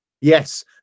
Yes